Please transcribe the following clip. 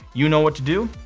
you know what to do.